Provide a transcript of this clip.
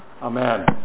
Amen